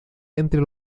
entre